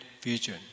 vision